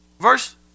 verse